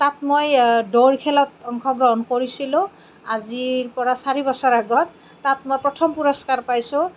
তাত মই দৌৰ খেলত অংশগ্ৰহণ কৰিছিলোঁ আজিৰ পৰা চাৰি বছৰৰ আগত তাত মই প্ৰথম পুৰস্কাৰ পাইছোঁ